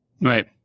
Right